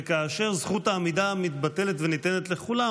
וכאשר זכות העמידה מתבטלת וניתנת לכולם,